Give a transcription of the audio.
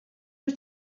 wyt